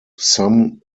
some